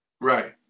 Right